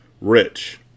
rich